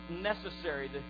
necessary